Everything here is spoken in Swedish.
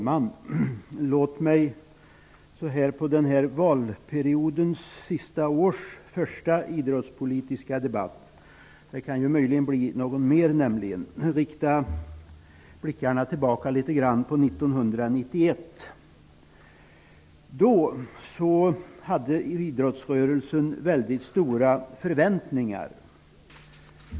Herr talman! Låt mig i denna valperiods sista års första idrottspolitiska debatt -- det kan möjligen bli någon mer -- rikta blickarna tillbaka på år 1991. Då hade idrottsrörelsen mycket stora förväntningar.